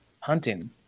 hunting